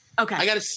Okay